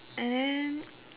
and then